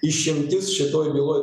išimtis šitoj byloj